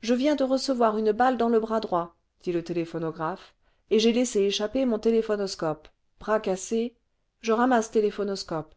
je viens de recevoir une balle dans le bras droit dit le téléphonog raphe et j'ai laissé échapper mon téléphonoscope bras cassé je ramasse téléphonoscope